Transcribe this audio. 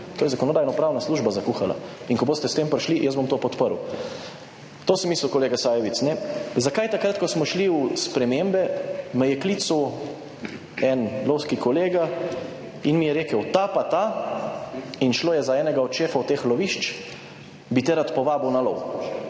To je Zakonodajno-pravna služba zakuhala. In ko boste s tem prišli, jaz bom to podprl. To sem mislil, kolega Sajovic, zakaj takrat, ko smo šli v spremembe, me je klical en lovski kolega in mi je rekel, ta pa ta, in šlo je za enega od šefov teh lovišč, bi te rad povabil na lov